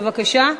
בבקשה.